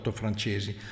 francesi